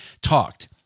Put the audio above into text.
talked